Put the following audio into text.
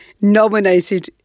nominated